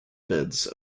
beds